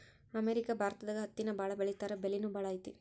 America ಭಾರತದಾಗ ಹತ್ತಿನ ಬಾಳ ಬೆಳಿತಾರಾ ಬೆಲಿನು ಬಾಳ ಐತಿ